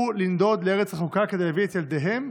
לנדוד לארץ רחוקה כדי להביא את ילדיהם,